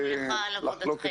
תודה לך על עבודתך.